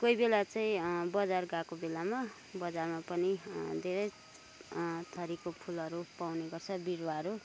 कोही बेला चाहिँ बजार गएको बेलामा बजारमा पनि धेरै थरीको फुलहरू पाउने गर्छ बिरुवाहरू